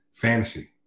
Fantasy